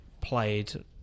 played